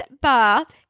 bath